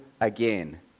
again